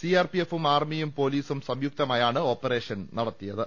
C ആർ പി എഫും ആർമിയും പൊലീസും സംയുക്തമായാണ് ഓപ്പറേ ഷൻ നടത്തിയത്